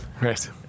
Right